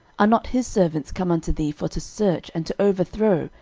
are not his servants come unto thee for to search, and to overthrow,